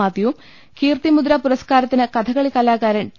മാത്യുവും കീർത്തി മുദ്ര പുരസ്കാരത്തിന് കഥകളി കലാകാരൻ ടി